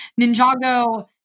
Ninjago